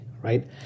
right